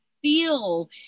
feel